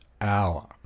hour